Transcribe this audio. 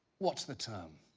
what's the term?